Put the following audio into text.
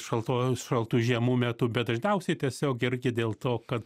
šaltos šaltų žiemų metu bet dažniausiai tiesiog ir dėl to kad